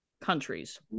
countries